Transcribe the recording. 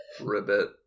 Ribbit